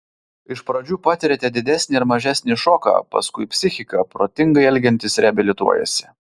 iš pradžių patiriate didesnį ar mažesnį šoką paskui psichika protingai elgiantis reabilituojasi